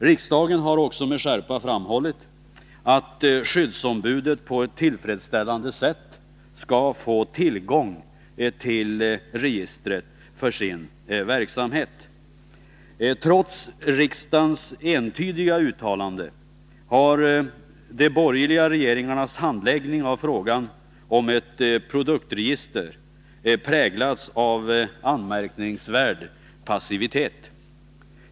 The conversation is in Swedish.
Riksdagen har också med skärpa framhållit att skyddsombuden på ett tillfredsställande sätt skall få tillgång till registret för sin verksamhet. Trots riksdagens entydiga uttalande har de borgerliga regeringarnas handläggning av frågan om ett produktregister präglats av anmärkningsvärd passivitet.